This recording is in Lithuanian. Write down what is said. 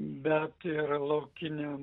bet yra laukiniam